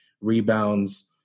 rebounds